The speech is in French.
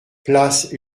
place